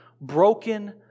broken